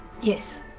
Yes